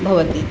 भवति